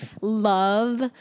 love